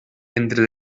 entre